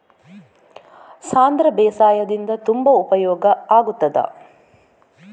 ಸಾಂಧ್ರ ಬೇಸಾಯದಿಂದ ತುಂಬಾ ಉಪಯೋಗ ಆಗುತ್ತದಾ?